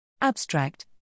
Abstract